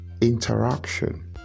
interaction